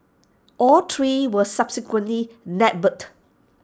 all three were subsequently nabbed